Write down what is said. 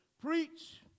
preach